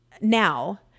now